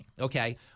okay